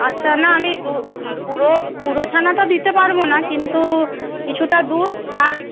আচ্ছা না আমি দু পুরো পুরো ছানাটা দিতে পারবো না কিন্তু কিছুটা দুধ আর